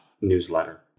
newsletter